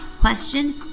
question